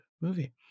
movie